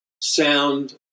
sound